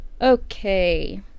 okay